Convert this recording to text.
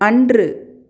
அன்று